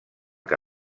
que